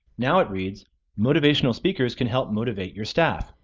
now it reads motivational speakers can help motivate your staff.